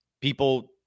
people